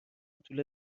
طول